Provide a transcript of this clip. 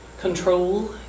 control